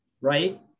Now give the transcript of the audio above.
right